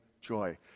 joy